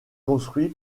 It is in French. construit